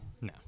No